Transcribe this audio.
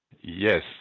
Yes